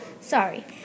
Sorry